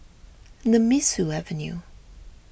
Nemesu Avenue